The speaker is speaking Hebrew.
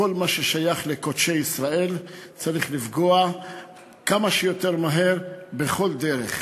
בכל מה ששייך לקודשי ישראל צריך לפגוע כמה שיותר מהר בכל דרך.